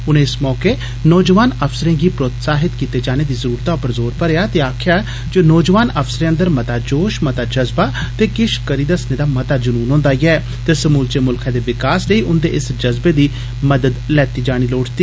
उनें इस मौके नौजवानें अफसरें गी प्रोत्साहन कीते जाने दी जरूरतै पर जोर भरेआ ते आक्खेआ जे नौजवान अफसरें अंद रमता जोष मता जज्बा ते किष करी दस्सने दा मता जनून होंदा ऐ ते समूलचे मुल्खै दे विकास लेई उंदे इस जज्बे दी मदद लैनी लोड़चदी